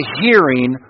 hearing